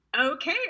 okay